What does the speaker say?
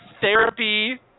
therapy